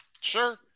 sure